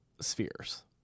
spheres